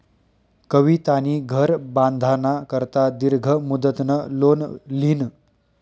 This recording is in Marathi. कवितानी घर बांधाना करता दीर्घ मुदतनं लोन ल्हिनं